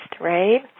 right